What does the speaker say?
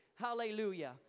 Hallelujah